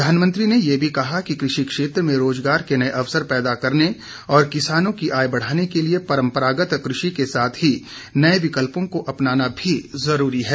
प्रधानमंत्री ने ये भी कहा कि कृषि क्षेत्र में रोजगार के नए अवसर पैदा करने और किसानों की आय बढ़ाने के लिए परम्परागत कृषि के साथ ही नए विकल्पों को अपनाना भी जरूरी है